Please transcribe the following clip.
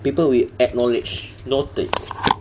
people will acknowledge noted